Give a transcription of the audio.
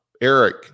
Eric